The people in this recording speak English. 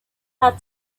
had